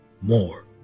more